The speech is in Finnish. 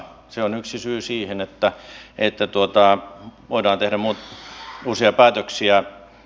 se on yksi syy siihen että voidaan tehdä uusia päätöksiä